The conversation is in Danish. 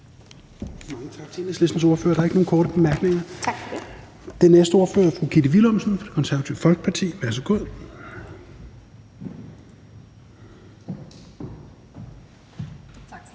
Tak for det.